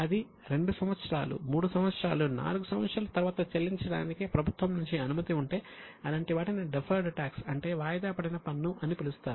అది 2 సంవత్సరాలు 3 సంవత్సరాలు 4 సంవత్సరాల తరువాత చెల్లించడానికి ప్రభుత్వం నుంచి అనుమతి ఉంటే అలాంటి వాటిని డెఫర్డ్ టాక్స్ అంటే వాయిదాపడిన పన్ను అని పిలుస్తారు